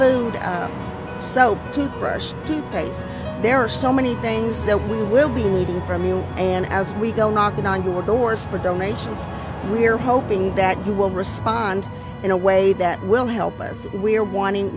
food so toothbrush toothpaste there are so many things that we will be needing from you and as we go knocking on your door spread donations we're hoping that you will respond in a way that will help us we are wanting